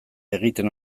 egiten